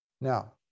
Now